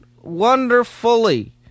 wonderfully